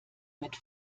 mit